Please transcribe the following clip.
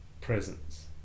presence